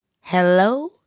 hello